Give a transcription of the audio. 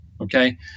Okay